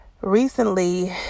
Recently